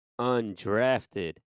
undrafted